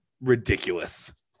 ridiculous